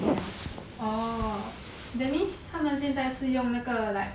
orh that means 他们现在是用那个 like